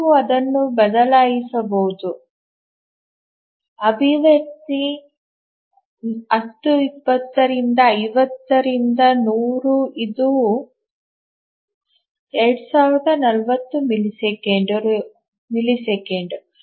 ನಾವು ಅದನ್ನು ಬದಲಿಸಬಹುದು ಅಭಿವ್ಯಕ್ತಿ 10 20 ರಿಂದ 50 ರಿಂದ 100 ಇದು 2040 ಮಿಲಿಸೆಕೆಂಡ್